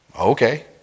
Okay